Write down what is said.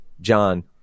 John